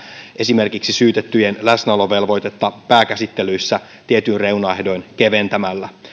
esimerkiksi syytettyjen läsnäolovelvoitetta pääkäsittelyissä tietyin reunaehdoin keventämällä ja